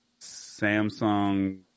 Samsung